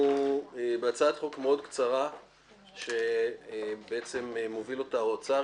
אנחנו בהצעת חוק מאוד קצרה שבעצם מוביל אותה האוצר,